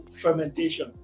fermentation